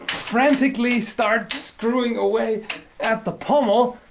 frantically start screwing away at the pommel